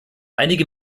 einige